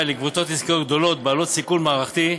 לקבוצות עסקיות גדולות בעלות סיכון מערכתי,